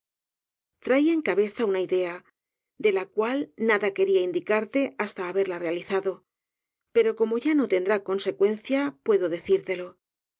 en cabeza una idea de la cual nada quería indicarte hasta haberla realizado pero como ya no tendrá consecuencia puedo decírtelo